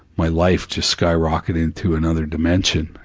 my life just skyrocketed into another dimension,